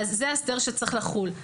זה ההסדר שצריך לחול.